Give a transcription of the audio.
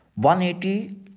180